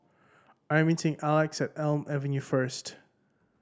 I'm meeting Elex at Elm Avenue first